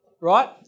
right